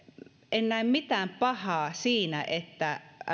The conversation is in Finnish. en näe mitään pahaa siinä että